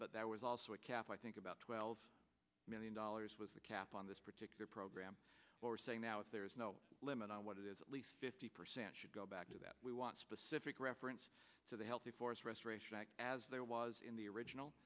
but that was also a cap i think about twelve million dollars was the cap on this particular program or saying now if there is no limit on what it is at least fifty percent should go back to that we want specific reference to the healthy forest restoration act as there was in the original